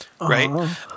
right